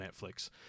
Netflix